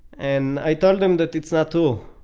and i told him that it's not true.